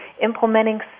implementing